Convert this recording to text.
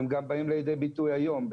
והם גם באים לידי ביטוי היום,